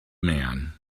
man